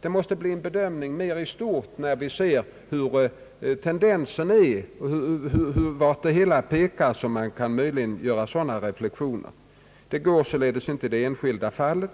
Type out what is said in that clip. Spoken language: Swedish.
Det måste bli en bedömning mera i stort. När vi ser hur tendensen är och varåt hela utvecklingen pekar, kan man möjligen göra sådana reflexioner, men det går således inte i det enskilda fallet.